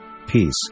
Peace